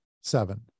seven